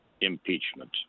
impeachment